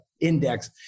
index